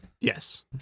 Yes